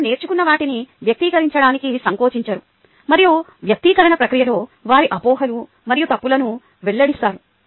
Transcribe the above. వారు నేర్చుకున్న వాటిని వ్యక్తీకరించడానికి సంకోచించరు మరియు వ్యక్తీకరణ ప్రక్రియలో వారి అపోహలు మరియు తప్పులను వెల్లడిస్తారు